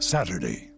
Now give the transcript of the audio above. Saturday